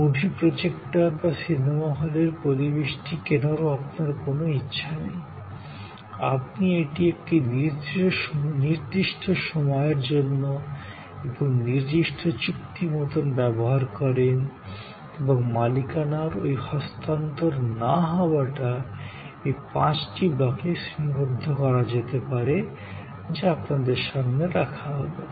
সিনেমার প্রজেক্টর বা সিনেমা হলের পরিবেশটি কেনারও আপনার কোনও ইচ্ছা নেই আপনি এটি একটি নির্দিষ্ট সময়ের জন্য এবং নির্দিষ্ট চুক্তি মতন ব্যবহার করেন এবং মালিকানার এই হস্তান্তর না হওয়াটা এই পাঁচটি ভাগে শ্রেণীবদ্ধ করা যেতে পারেযা আপনাদের সামনে রাখা হলো